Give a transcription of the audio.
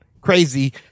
crazy